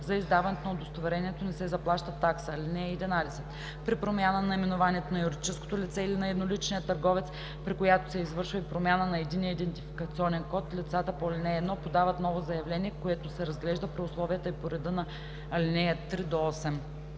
За издаването на удостоверението не се заплаща такса. (11) При промяна на наименованието на юридическото лице или на едноличния търговец, при която се извършва и промяна на единния идентификационен код, лицата по ал. 1 подават ново заявление, което се разглежда при условията и по реда на ал. 3 – 8.“